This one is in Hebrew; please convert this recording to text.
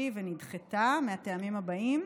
ונדחתה מהטעמים הבאים: